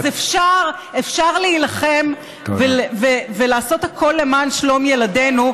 אז אפשר להילחם ולעשות הכול למען שלום ילדינו,